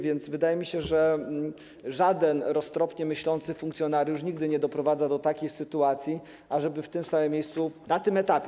Wydaje mi się, że żaden roztropnie myślący funkcjonariusz nigdy nie doprowadza do takiej sytuacji, żeby w tym samym miejscu na tym etapie.